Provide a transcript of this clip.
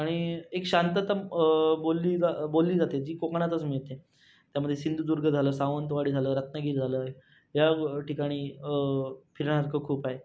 आणि एक शांतता बोलली जा बोलली जाते जी कोकणातच मिळते त्यामध्ये सिंधुदुर्ग झालं सावंतवाडी झालं रत्नागिरी झालं ह्या ग् ठिकाणी फिरण्यासारखं खूप आहे